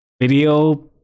video